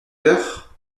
peur